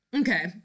okay